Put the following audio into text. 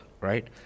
right